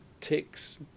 ticks